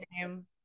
name